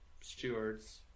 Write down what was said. stewards